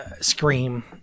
Scream